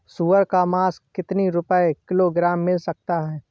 सुअर का मांस कितनी रुपय किलोग्राम मिल सकता है?